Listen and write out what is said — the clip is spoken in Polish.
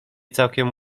całkiem